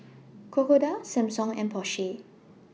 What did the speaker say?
Crocodile Samsung and Porsche